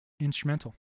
instrumental